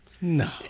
No